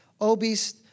obese